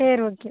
சரி ஓகே